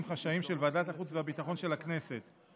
חשאיים של ועדת החוץ והביטחון של הכנסת.